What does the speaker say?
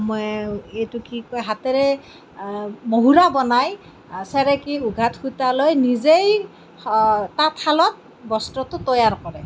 এইটো কি কয় হাতেৰে মহুৰা বনাই চেৰেকীৰ উঘাত সূতা লৈ নিজেই তাঁতশালত বস্ত্ৰটো তৈয়াৰ কৰে